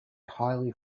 highly